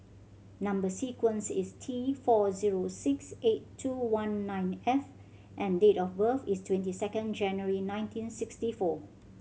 number sequence is T four zero six eight two one nine F and date of birth is twenty second January nineteen sixty four